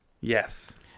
Yes